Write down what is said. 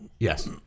Yes